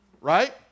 right